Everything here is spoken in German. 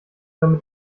damit